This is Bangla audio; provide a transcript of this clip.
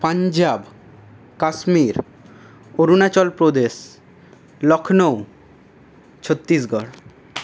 পাঞ্জাব কাশ্মীর অরুণাচল প্রদেশ লক্ষ্ণৌ ছত্তিশগড়